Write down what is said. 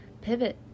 pivot